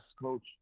coach